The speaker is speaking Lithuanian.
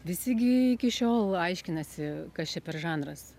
visi gi iki šiol aiškinasi kas čia per žanras